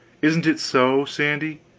isn't it so, sandy?